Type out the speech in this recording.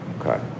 okay